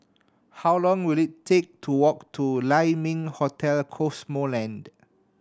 how long will it take to walk to Lai Ming Hotel Cosmoland